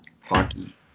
hockey